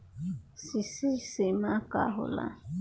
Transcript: CC सीमा का होला?